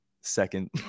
second